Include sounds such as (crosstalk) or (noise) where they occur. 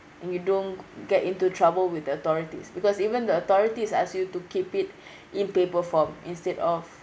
and you don't get into trouble with the authorities because even the authorities ask you to keep it (breath) in paper form instead of